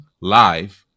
live